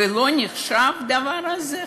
ולא נחשב הדבר הזה.